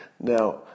Now